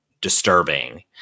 disturbing